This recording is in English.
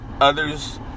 Others